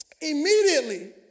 immediately